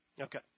Okay